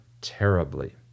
terribly